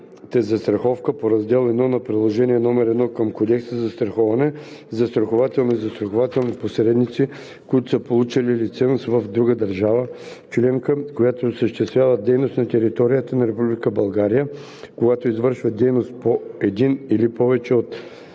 застраховки по раздел I на приложение № 1 към Кодекса за застраховането; застрахователи и застрахователни посредници, които са получили лиценз в друга държава членка, които осъществяват дейност на територията на Република България, когато извършват дейност по един или повече от